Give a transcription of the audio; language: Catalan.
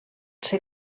ser